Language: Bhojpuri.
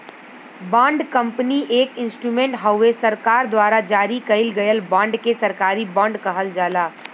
बॉन्ड कंपनी एक इंस्ट्रूमेंट हउवे सरकार द्वारा जारी कइल गयल बांड के सरकारी बॉन्ड कहल जाला